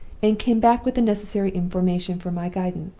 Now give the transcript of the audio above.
and came back with the necessary information for my guidance.